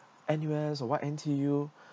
N_U_S or what N_T_U